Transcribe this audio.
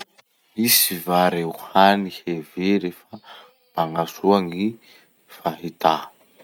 Misy va reo hany hevery fa magnasoa gny fahità?